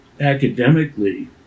academically